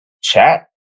chat